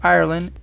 Ireland